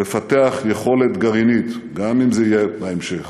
לפתח יכולת גרעינית, גם אם זה יהיה בהמשך.